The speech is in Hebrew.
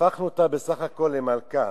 הפכנו אותה בסך הכול למלכה,